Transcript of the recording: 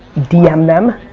dm them,